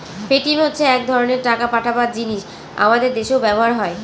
Paytm হচ্ছে এক ধরনের টাকা পাঠাবার জিনিস আমাদের দেশেও ব্যবহার হয়